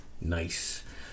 Nice